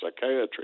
Psychiatry